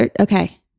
Okay